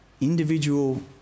individual